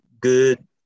good